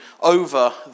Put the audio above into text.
over